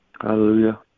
Hallelujah